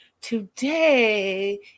today